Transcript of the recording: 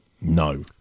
No